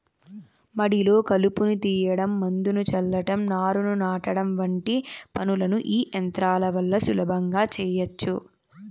మడిలో కలుపును తీయడం, మందును చల్లటం, నారును నాటడం వంటి పనులను ఈ యంత్రాల వల్ల సులభంగా చేయచ్చు